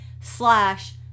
Slash